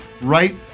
right